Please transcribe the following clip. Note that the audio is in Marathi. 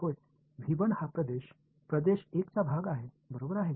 होय हा प्रदेश प्रदेश 1 चा भाग आहे बरोबर आहे